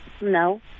No